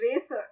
racer